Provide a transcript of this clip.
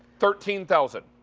thirteen thousand,